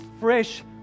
fresh